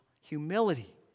humility